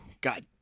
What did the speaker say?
God